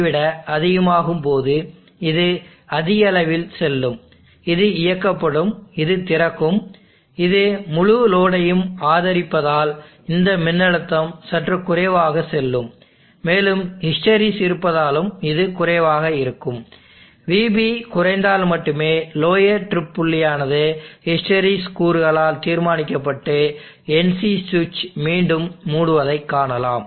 ஐ விட அதிகமாகும்போது இது அதிக அளவில் செல்லும் இது இயக்கப்படும் இது திறக்கும் இது முழு லோடையும் ஆதரிப்பதால் இந்த மின்னழுத்தம் சற்று குறைவாகவே செல்லும் மேலும் ஹிஸ்டெறிசிஸ் இருப்பதாலும் இது குறைவாக இருக்கும் vB குறைந்தால் மட்டுமே லோயர் ட்ரிப் புள்ளி ஆனது ஹிஸ்டெரெசிஸ் கூறுகளால் தீர்மானிக்கப்பட்டு NC ஸ்விச் மீண்டும் மூடுவதைக் காணலாம்